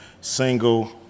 single